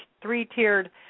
three-tiered